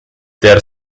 der